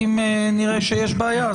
אם נראה שיש בעיה,